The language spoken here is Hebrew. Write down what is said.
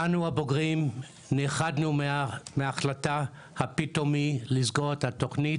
אנו הבוגרים נחרדנו מההחלטה הפתאומית לסגור את התוכנית,